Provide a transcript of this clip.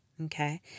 Okay